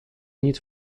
need